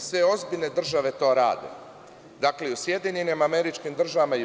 Sve ozbiljne države to rade, i u SAD,